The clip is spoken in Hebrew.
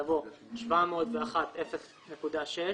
יבוא "701.06".